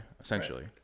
essentially